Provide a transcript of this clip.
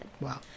Wow